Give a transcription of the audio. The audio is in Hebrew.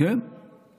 לענות לך?